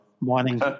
morning